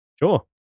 Sure